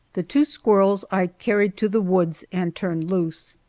the two squirrels i carried to the woods and turned loose.